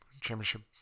championship